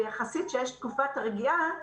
כשהתקופה יחסית רגועה,